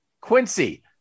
Quincy